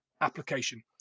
application